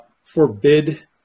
forbid